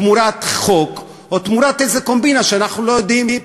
תמורת חוק או תמורת איזו קומבינה שאנחנו לא יודעים.